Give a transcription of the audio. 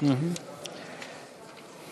כביש 89,